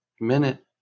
minute